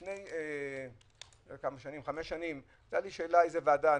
לפני חמש שנים היתה שאלה: איזו ועדה אקח?